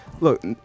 Look